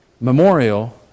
memorial